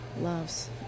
loves